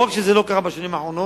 לא רק שזה לא קרה בשנים האחרונות,